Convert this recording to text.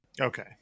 Okay